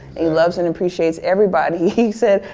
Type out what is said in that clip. he loves and appreciates everybody he said.